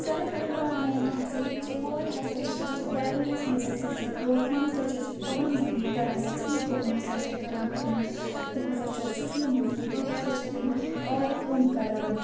self employment ہَسا ییٚتہِ چہِ کورِ ہَسا چھِ ڈِسٹِرٛک بَڈگٲمِس مَنٛز ہَسا چھےٚ کورِ تِم ہَسا چھےٚ چھِ پانہٕ یہِ کَران سٕژنہِ کٲم ہَسا چھےٚ کَران تِمہٕ تِم ہَسا چھےٚ سٕژنہِ موٚزوٗرۍ بیٚیہِ ہَسا چھِ تِمہٕ آرِ کٲم کَران